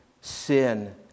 sin